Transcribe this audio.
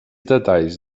detalls